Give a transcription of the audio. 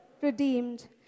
redeemed